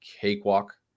cakewalk